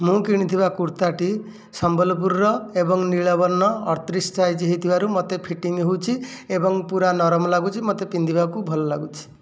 ମୁଁ କିଣିଥିବା କୁର୍ତ୍ତାଟି ସମ୍ବଲପୁରର ଏବଂ ନୀଳବର୍ଣ୍ଣ ଅଠତିରିଶ ସାଇଜ୍ ହୋଇଥିବାରୁ ମୋତେ ଫିଟିଂ ହେଉଛି ଏବଂ ପୁରା ନରମ ଲାଗୁଛି ମୋତେ ପିନ୍ଧିବାକୁ ଭଲ ଲାଗୁଛି